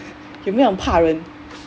有没有很怕人